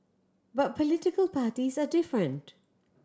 but political parties are different